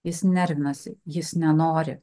jis nervinasi jis nenori